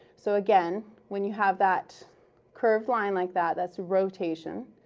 so again, when you have that curved line, like that, that's rotation,